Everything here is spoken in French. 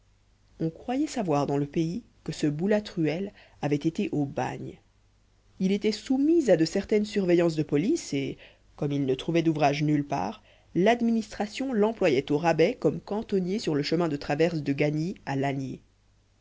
on croyait savoir dans le pays que ce boulatruelle avait été au bagne il était soumis à de certaines surveillances de police et comme il ne trouvait d'ouvrage nulle part l'administration l'employait au rabais comme cantonnier sur le chemin de traverse de gagny à